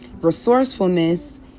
resourcefulness